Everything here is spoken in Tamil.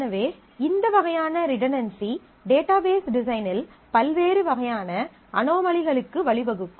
எனவே இந்த வகையான ரிடன்டன்சி டேட்டாபேஸ் டிசைனில் பல்வேறு வகையான அனோமலிகளுக்கு வழிவகுக்கும்